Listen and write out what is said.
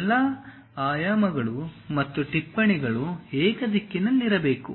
ಎಲ್ಲಾ ಆಯಾಮಗಳು ಮತ್ತು ಟಿಪ್ಪಣಿಗಳು ಏಕ ದಿಕ್ಕಿನಲ್ಲಿರಬೇಕು